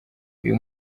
uyu